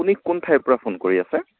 আপুনি কোন ঠাইৰ পৰা ফোন কৰি আছে